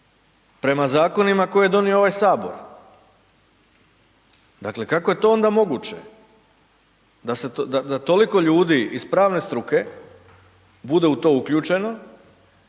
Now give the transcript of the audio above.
prema zakonima koje je donio ovaj HS. Dakle, kako je to onda moguće da toliko ljudi iz pravne struke bude u to uključeno